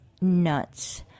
nuts